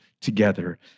together